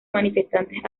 manifestantes